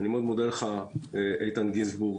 אני מאוד מודה לך, איתן גיזנבורג,